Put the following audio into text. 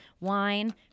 wine